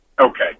Okay